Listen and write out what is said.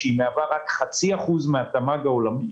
שמהווה רק 0.5% מן התמ"ג העולמי,